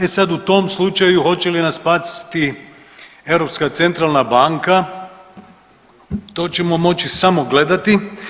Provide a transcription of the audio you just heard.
E sad u tom slučaju hoće li nas spasiti Europska centralna banka, to ćemo moći samo gledati.